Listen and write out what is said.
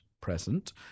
present